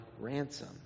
ransom